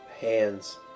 Hands